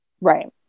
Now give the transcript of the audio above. right